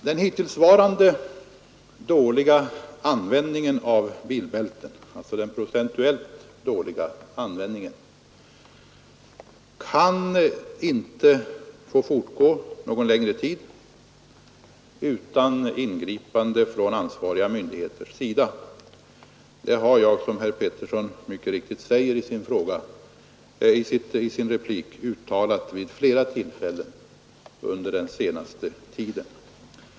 Den hittillsvarande, procentuellt sett dåliga användningen av bilbälten kan inte få fortgå någon längre tid utan ingripande från ansvariga myndigheter. Det har jag, som herr Pettersson mycket riktigt nämnde, uttalat vid flera tillfällen under den senaste tiden.